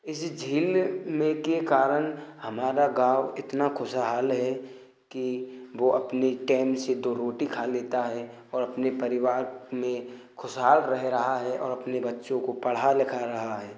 किसी झील में में के कारण हमारा गाँव इतना खुशहाल है कि वो अपने टेम से दो रोटी खा लेता है और अपने परिवार में खुशहाल रह रहा है और अपने बच्चों को पढ़ा लिखा रहा है